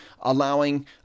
allowing